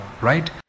right